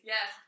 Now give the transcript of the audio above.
Yes